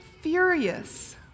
furious